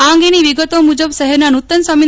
આ અંગેની વિગતો મુજબ શહેરના નુતન સ્વામી